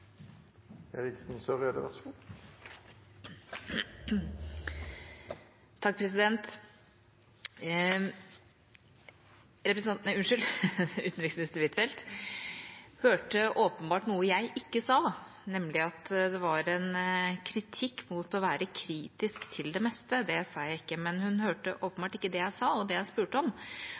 Utenriksminister Huitfeldt hørte åpenbart noe jeg ikke sa, nemlig at det var en kritikk mot å være kritisk til det meste. Det sa jeg ikke, men hun hørte åpenbart ikke det jeg sa, og det jeg spurte om.